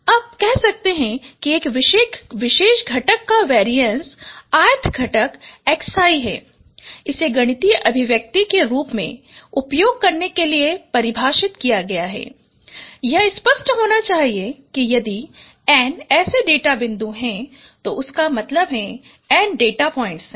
अब कह सकते है कि एक विशेष घटक का वेरीएंस ith घटक xi है इसे गणितीय अभिव्यक्ति के रूप में उपयोग करने के लिए परिभाषित किया गया है यह स्पष्ट होना चाहिए कि यदि N ऐसे डेटा बिंदु हैं तो उसका मतलब है N डेटा पॉइंट्स है